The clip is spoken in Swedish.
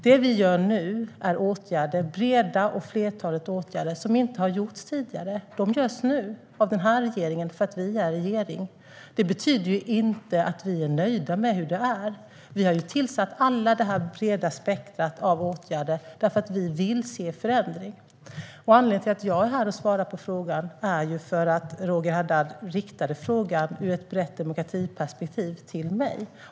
Det vi gör nu är att vidta åtgärder, breda och flertalet åtgärder, som inte har vidtagits tidigare. De vidtas nu, av den här regeringen, eftersom det är vi som är regering. Det betyder inte att vi är nöjda med hur det är. Vi har tillsatt det här breda spektrumet av åtgärder eftersom vi vill se en förändring. Att det är jag som är här och svarar på frågan beror på att Roger Haddad riktade den till mig ur ett brett demokratiperspektiv.